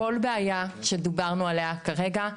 כל בעיה שדיברנו עליה כרגע,